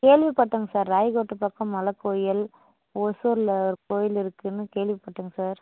கேள்விப்பட்டேங்க sir Rayakottai பக்கம் மலைக்கோயில் ஓசூரில் ஒரு கோயில் இருக்குதுன்னு கேள்விப்பட்டேங்க சார்